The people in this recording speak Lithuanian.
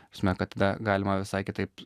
ta prasme kad tada galima visai kitaip